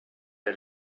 and